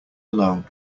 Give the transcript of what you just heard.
alone